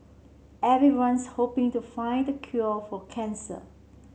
everyone's hoping to find the cure for cancer